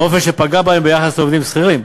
באופן שפגע בהם יחסית לעובדים שכירים.